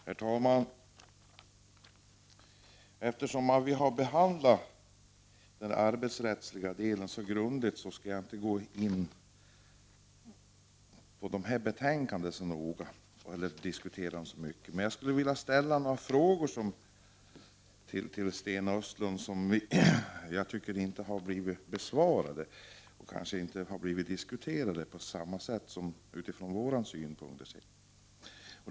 Herr talman! Eftersom vi har behandlat de arbetsrättsliga frågorna så grundligt, skall jag inte beröra de nu debatterade betänkandena så noga. Men jag skulle till Sten Östlund vilja ställa några frågor, som jag inte tycker har blivit besvarade eller diskuterade utifrån våra utgångspunkter.